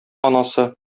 анасы